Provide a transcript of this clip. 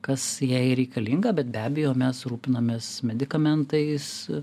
kas jai reikalinga bet be abejo mes rūpinamės medikamentais